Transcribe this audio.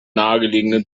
nahegelegenen